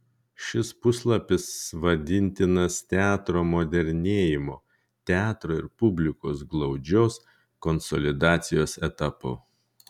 šis puslapis vadintinas teatro modernėjimo teatro ir publikos glaudžios konsolidacijos etapu